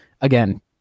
again